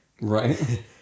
Right